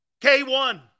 K1